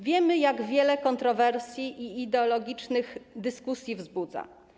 Wiemy, jak wiele kontrowersji i ideologicznych dyskusji wzbudza.